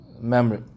memory